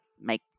make